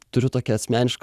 turiu tokią asmenišką